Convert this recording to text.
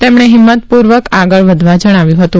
તેમણેહિંમતપુર્વક આગળ વધવા જણાવ્યું હતું